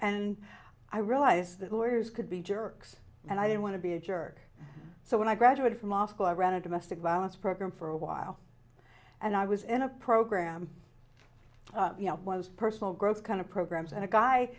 and i realized that lawyers could be jerks and i didn't want to be a jerk so when i graduated from law school i ran a domestic violence program for a while and i was in a program you know what is personal growth kind of programs and a guy